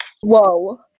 Whoa